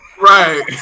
Right